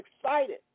excited